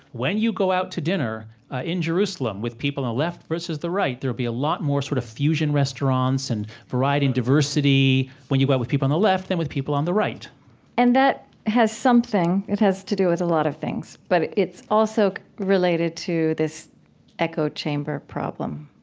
when you go out to dinner ah in jerusalem with people on the left versus the right, there will be a lot more sort of fusion restaurants and variety and diversity when you go out with people on the left than with people on the right and that has something it has to do with a lot of things, but it's also related to this echo chamber problem,